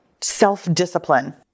self-discipline